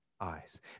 eyes